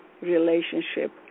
relationship